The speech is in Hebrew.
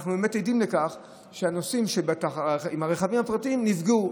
אנחנו באמת עדים לכך שהנוסעים עם הרכבים הפרטיים נפגעו,